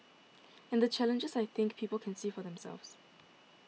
and the challenges I think people can see for themselves